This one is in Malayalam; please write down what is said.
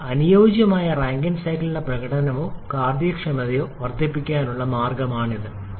അതിനാൽ അനുയോജ്യമായ റാങ്കൈൻ സൈക്കിളിന്റെ പ്രകടനമോ കാര്യക്ഷമതയോ വർദ്ധിപ്പിക്കാനുള്ള മാർഗ്ഗമാണിത്